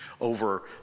over